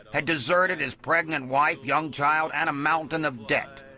had deserted his pregnant wife, young child and a mountain of debt.